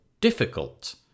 difficult